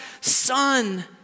son